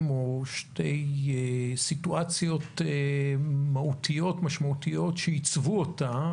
או שתי סיטואציות מהותיות-משמעותיות שעיצבו אותה.